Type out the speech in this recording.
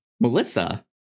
Melissa